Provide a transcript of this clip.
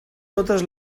totes